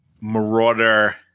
Marauder